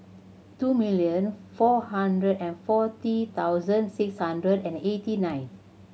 two million four hundred and forty thousand six hundred and eighty nine